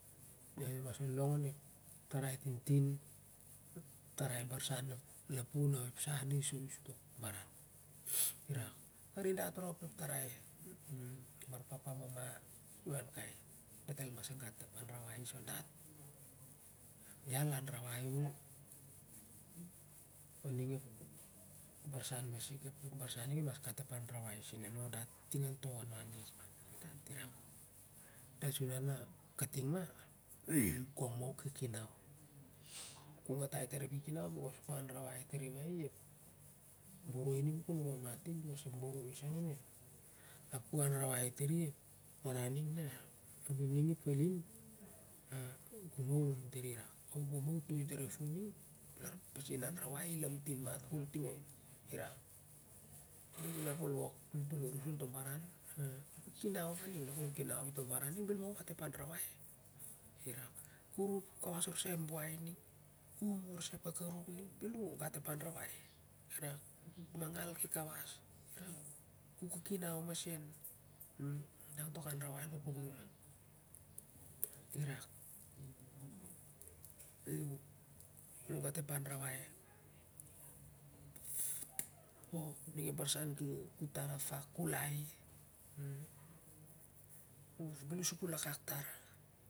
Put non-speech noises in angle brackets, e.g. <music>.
Dat el mas el long arin ep tarai tintin tarai barsan lapun oh ep sah nah i soi uh si tok baran <noise> irak karidat rop ep tarai bar papa mama dat el mas gat ep an rawai is on dat, lal an rawai on ning ep barsan masik ap i em barsan ning el mas ga ep anrawai is on dat ting on to wanwan lakman irak su na na kating ma <noise> gong mah uh kiki nau ku nga tai tam ep kiki nan becos ku anrawai tan ep boroi ning kon umamati becos ep boroi sah nan ep, ap ku anrawai tari ep baran ning ap ning ep falim gong mah uh um tan na ivak gong mah uh tai tan ep fun ning lar ep pasin anrawai i lamtin mat kol ting om irak <noise> bel inap ol wok tol an to baran ahh ku kiki nan mah ning na kinan i to baran ning bel ma uh gat tok anrawai na ku kinan i toh baran ning kore ku kawas orsai ep buai ku um orsai ep.